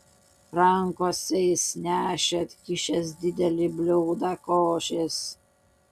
rankose jis nešė atkišęs didelį bliūdą košės